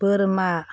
बोरमा